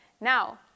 Now